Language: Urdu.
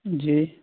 جی